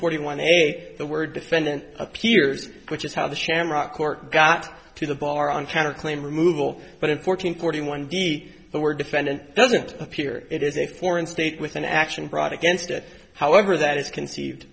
forty one eg the word defendant appears which is how the shamrock court got to the bar on tanner claim removal but in fourteen forty one d the word defendant doesn't appear it is a foreign state with an action brought against it however that is conceived